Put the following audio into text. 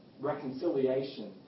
Reconciliation